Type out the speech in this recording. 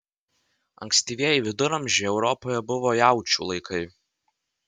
ankstyvieji viduramžiai europoje buvo jaučių laikai